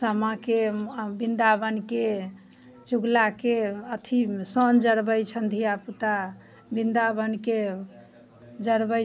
सामा के आ बिंदाबन के चुगला के अथी सोन जरबै छनि धियापुता बिंदाबन के जरबै